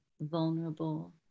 vulnerable